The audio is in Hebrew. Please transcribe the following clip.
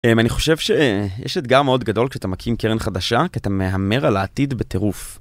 אמ...אני חושב ש...יש אתגר מאוד גדול כשאתה מקים קרן חדשה, כי אתה מהמר על העתיד בטירוף.